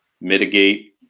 mitigate